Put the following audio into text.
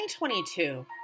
2022